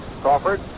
Crawford